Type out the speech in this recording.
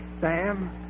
Sam